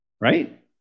right